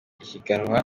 ihiganwa